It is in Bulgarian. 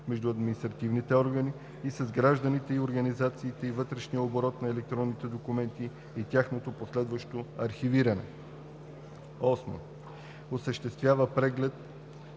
между административните органи и с гражданите и организациите и вътрешния оборот на електронни документи и тяхното последващо архивиране; 8. осъществява преглед